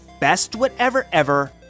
bestwhateverever